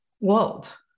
world